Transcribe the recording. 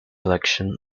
election